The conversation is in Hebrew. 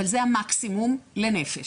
אבל זה המקסימום לנפש.